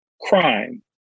crime